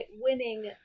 winning